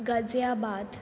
Ghaziabad